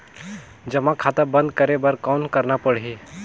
जमा खाता बंद करे बर कौन करना पड़ही?